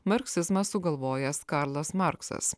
marksizmas sugalvojęs karlas marksas